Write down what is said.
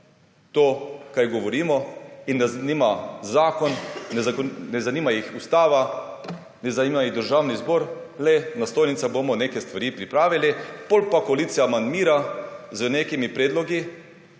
to, kar govorimo, ne zanima jih zakon, ne zanima jih ustava, ne zanima jih Državni zbor, le »na stojnicah bomo neke stvari pripravili… « Potem pa koalicija amandmira z nekimi predlogi,